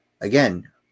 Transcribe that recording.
again